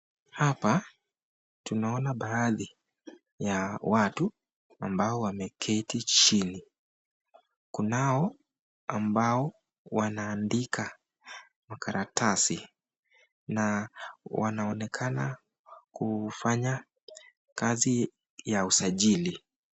Hapa tunaona baadhi ya watu ambao wameketi chini. Kunao ambao wanaandika kwa karatasi na wanaonekana kufanya kazi ya usajili.